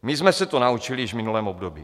My jsme se to naučili již v minulém období.